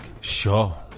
sure